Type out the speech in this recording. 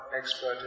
expert